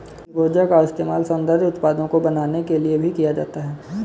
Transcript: चिलगोजा का इस्तेमाल सौन्दर्य उत्पादों को बनाने के लिए भी किया जाता है